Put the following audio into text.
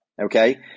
okay